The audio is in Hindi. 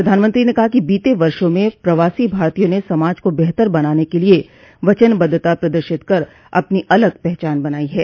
प्रधानमंत्री ने कहा कि बीते वर्षों में प्रवासी भारतीयों ने समाज को बेहतर बनाने के लिए वचनबद्धता प्रदर्शित कर अपनी अलग पहचान बनाई है